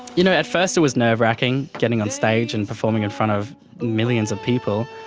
you know at first it was nerve racking, getting on stage and performing in front of millions of people,